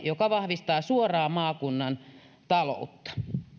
joka vahvistaa suoraan maakunnan taloutta